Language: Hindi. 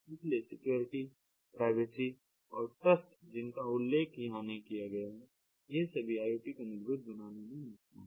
इसलिए सिक्योरिटी प्राइवेसी और ट्रस्ट जिनका उल्लेख यहां नहीं किया गया है यह सभी IoT को मजबूत बनाने में महत्वपूर्ण है